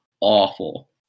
awful